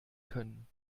können